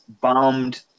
bombed